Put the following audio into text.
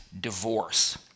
divorce